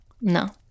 No